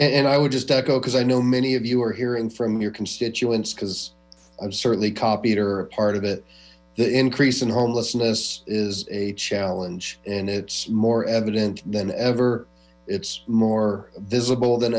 you i would just go because i know many of you are hearing from your constituents because i've certainly carpenter part of it the increase in homelessness is a challenge and it's more evident than ever it's more visible than